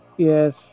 Yes